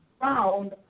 found